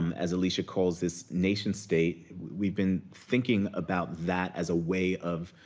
um as alicia calls this, nation state, we've been thinking about that as a way of